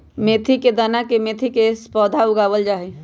मेथी के दाना से मेथी के पौधा उगावल जाहई